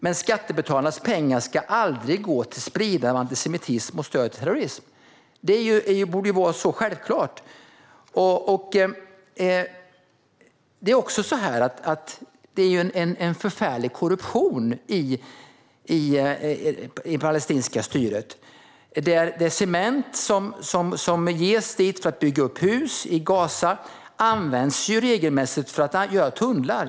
Men skattebetalarnas pengar ska aldrig gå till spridande av antisemitism och stöd till terrorism. Det borde vara självklart. Det är också en förfärlig korruption i det palestinska styret. Det cement som ges dit för att bygga upp hus i Gaza används regelmässigt för att göra tunnlar.